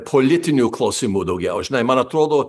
politinių klausimų daugiau žinai man atrodo